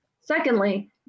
Secondly